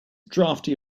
drafty